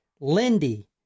Lindy